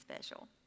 special